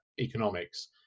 economics